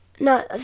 No